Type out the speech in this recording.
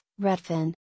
Redfin